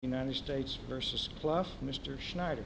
united states versus class mr schneider